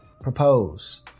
propose